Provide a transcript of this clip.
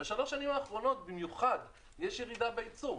ובשלוש השנים האחרונות במיוחד יש ירידה בייצור.